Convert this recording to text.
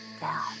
down